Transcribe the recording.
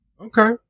Okay